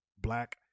Black